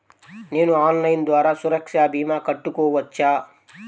నేను ఆన్లైన్ ద్వారా సురక్ష భీమా కట్టుకోవచ్చా?